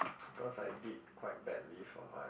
because I did quite badly for my